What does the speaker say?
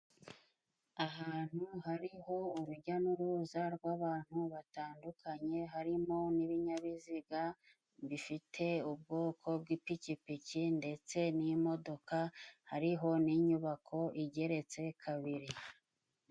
Ahantu hariho urujya n'uruza rw'abantu batandukanye harimo n'ibinyabiziga bifite ubwoko bw'ipikipiki ndetse n'imodoka hariho n'inyubako igeretse kabiri.